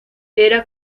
era